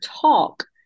talk